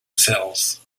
cells